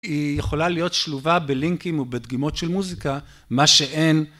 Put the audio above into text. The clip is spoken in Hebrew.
היא יכולה להיות שלובה בלינקים ובדגימות של מוזיקה, מה שאין.